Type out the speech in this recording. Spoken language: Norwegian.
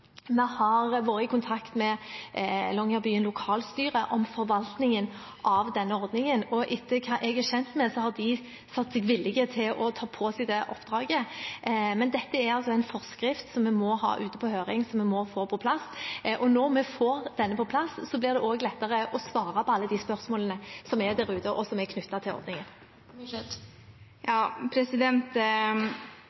vi har hatt god dialog. Vi har vært i kontakt med Longyearbyen lokalstyre om forvaltningen av denne ordningen, og etter hva jeg er kjent med, har de sagt seg villige til å ta på seg det oppdraget. Men dette er en forskrift som vi må ha ut på høring, og som vi må få på plass. Når vi får den på plass, blir det også lettere å svare på alle de spørsmålene som er der ute, og som er knyttet til